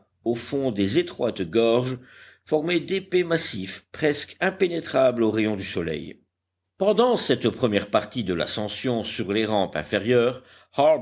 au fond des étroites gorges formaient d'épais massifs presque impénétrables aux rayons du soleil pendant cette première partie de l'ascension sur les rampes inférieures